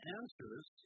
answers